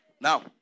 Now